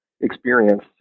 experience